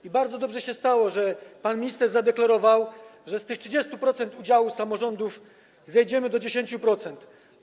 I bardzo dobrze się stało, że pan minister zadeklarował, że z tych 30% udziałów samorządów zejdziemy do 10%.